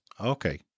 Okay